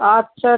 আচ্ছা